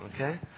okay